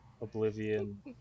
Oblivion